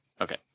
Okay